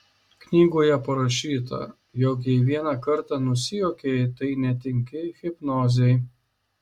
knygoje parašyta jog jei vieną kartą nusijuokei tai netinki hipnozei